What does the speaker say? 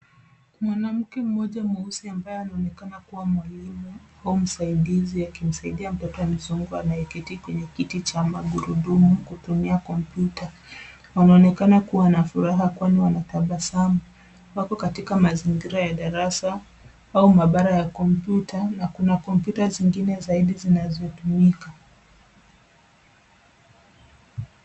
Mwanamke mmoja mweusi ambaye anaonekana kuwa mwalimu au msaidizi akimsaidia mtoto mzungu anaye keti kwenye kiti cha magurudumu kutumia komputa. Wanaonekana kuwa na furaha kwani wanatabasamu. Wapo katika mazingira ya darasa au maabara ya komputa na kuna komputa zingine zaidi zinazo tumika.